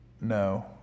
No